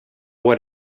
what